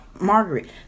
Margaret